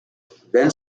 then